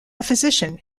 physician